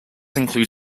include